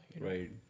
Right